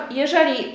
jeżeli